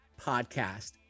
podcast